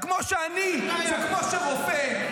זה כמו שרופא,